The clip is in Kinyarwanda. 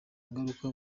ingaruka